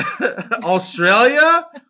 australia